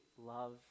love